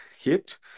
hit